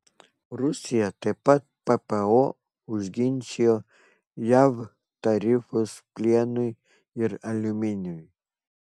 rusija taip pat ppo užginčijo jav tarifus plienui ir aliuminiui